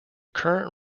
current